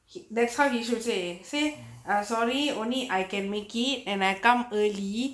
he that how you should say say err sorry only I can make it and I come early